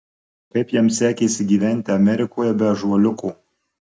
kaip jam sekėsi gyventi amerikoje be ąžuoliuko